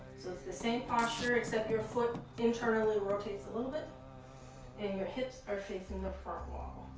so it's the same posture, except your foot internally rotates a little bit and your hips are facing the front wall.